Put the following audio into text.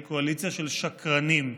היא קואליציה של שקרנים,